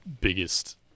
biggest